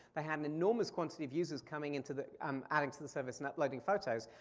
that had an enormous quantity of users coming into the, um adding to the service and uploading photos.